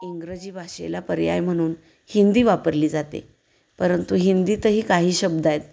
इंग्रजी भाषेला पर्याय म्हणून हिंदी वापरली जाते परंतु हिंदीतही काही शब्द आहेत